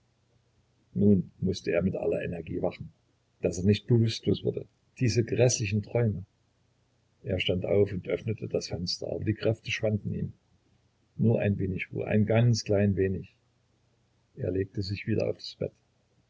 nun mußte er mit aller energie wachen daß er nicht bewußtlos würde diese gräßlichen träume er stand auf und öffnete das fenster aber die kräfte schwanden ihm nur ein wenig ruhe ein ganz klein wenig er legte sich wieder aufs bett